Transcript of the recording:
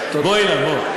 בוא, אילן, בוא.